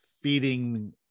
feeding